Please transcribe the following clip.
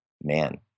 man